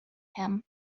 him